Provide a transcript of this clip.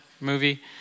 movie